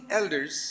elders